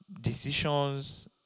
decisions